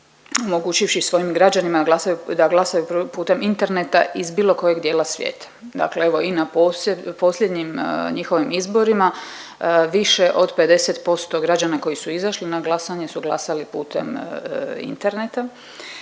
omogućivši svojim građanima da glasuju putem interneta iz bilo kojeg dijela svijeta. Dakle, evo i na posljednjim njihovim izborima više od 50% građana koji su izašli na glasanje su glasali putem interneta